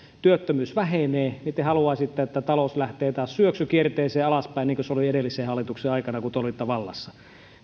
työttömyys vähenee te haluaisitte että talous lähtee taas syöksykierteeseen alaspäin niin kuin se oli edellisen hallituksen aikana kun te olitte vallassa